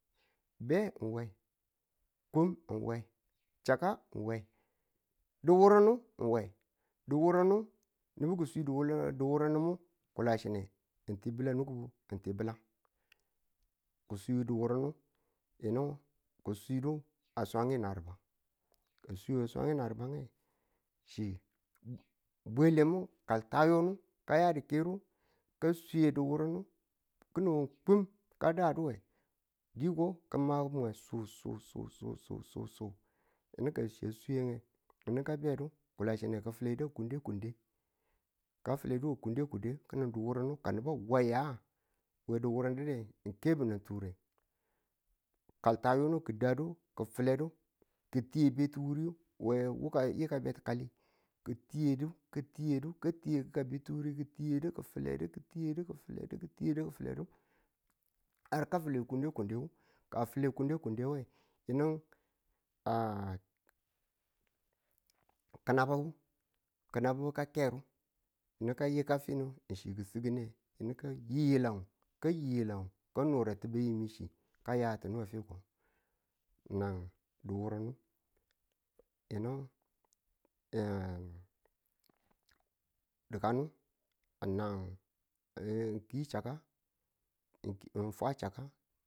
be ng we, kum ng we, chaka nge, duwurung ng we, nubu ki̱swi duwurangumu kulashine ng ti bi̱lanugubu ng ti bi̱lang. Ki̱ swidu duwurangu yinu ki̱ swidu a swangu nari̱ba. Ka a swi we swang nariba nge, chi bwelemu kaltaniyu ka ya di̱kirunu kaswiye duwurungu ki̱nin kum ka daduwe, diko ki̱ma mwe sur sur sur sur sur yinu ka chi a swiye nge yinu kabedu kulashine filedu kunde kunde ka filedu kunde kunde ki̱nin duwurungu ka nubu a wa yaa we duwurunge ng kebi̱ na turen kaltaniyu ki̱ dadu ki̱ filede ki̱ dadu ki̱ filedu tibetiwuriyu yikan betiyali ki̱ tuye du ki̱ tuye du ki̱ filedu ki̱ tuye du ki̱ filedu har ka file kunde kunde wu. Ka a fule kunde kunde wu ng yunu ki̱nababu ka kerdu yinu ka yika finu ng chi ki sigde yinu ka yi yilang kayi yilang ka nora ti yimi chi ka yayatunu we fi̱ko nan duwurungu yinu di̱kanu nan kiyi chakka ng fwa chakka